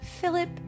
Philip